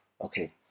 okay